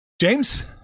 James